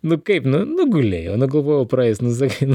nu kaip nu nu gulėjo nu galvojau praeisnu sakai nu